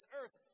earth